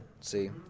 see